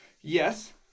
Yes